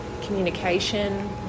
communication